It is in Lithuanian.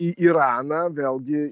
į iraną vėlgi